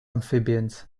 amphibians